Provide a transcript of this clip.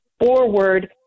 forward